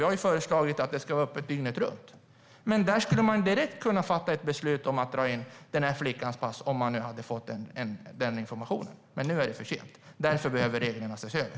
Vi har föreslagit att det ska vara öppet dygnet runt. Där skulle man direkt ha kunnat fatta ett beslut om att dra in den här flickans pass, om man nu hade fått den informationen. Nu är det för sent. Därför behöver reglerna ses över.